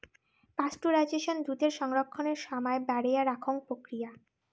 pasteurisation দুধের রক্ষণের সমায় বাড়েয়া রাখং প্রক্রিয়া